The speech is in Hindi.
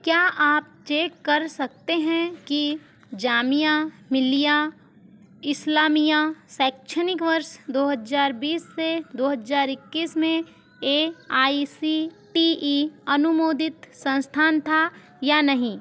क्या आप चेक कर सकते हैं कि जामिया मिल्लिया इस्लामिया शैक्षणिक वर्ष दो हज़ार बीस से दो हज़ार इक्कीस में A I C T E अनुमोदित संस्थान था या नहीं